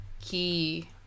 key